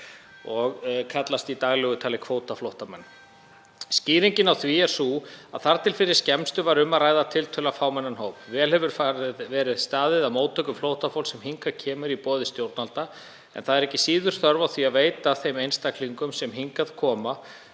og kallast í daglegu tali kvótaflóttamenn. Skýringin á því er sú að þar til fyrir skemmstu var um að ræða tiltölulega fámennan hóp. Vel hefur verið staðið að móttöku flóttafólks sem hingað kemur í boði stjórnvalda en það er ekki síður þörf á því að veita þeim einstaklingum sem hingað koma